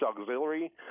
auxiliary